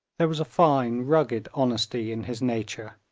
there was a fine rugged honesty in his nature,